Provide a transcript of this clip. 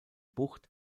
bucht